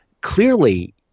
clearly